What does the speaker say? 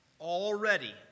Already